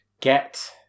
get